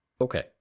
Okay